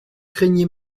craignez